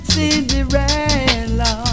Cinderella